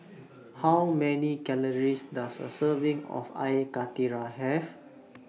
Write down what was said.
How Many Calories Does A Serving of Air Karthira Have